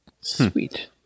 Sweet